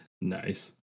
Nice